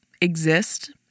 exist